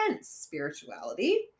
spirituality